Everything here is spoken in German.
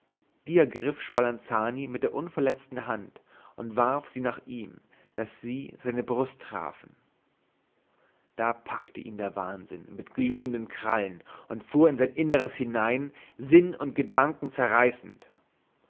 die ergriff spalanzani mit der unverletzten hand und warf sie nach ihm daß sie seine brust trafen da packte ihn der wahnsinn mit glühenden krallen und fuhr in sein inneres hinein sinn und gedanken zerreißend